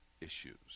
issues